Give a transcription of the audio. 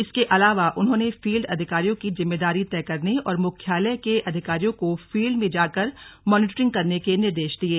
इसके अलावा उन्होंने फील्ड अधिकारियों की जिम्मेवारी तय करने और मुख्यालय के अधिकारियों को फील्ड में जाकर मॉनिटरिंग करने के निर्देश दिये